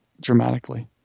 dramatically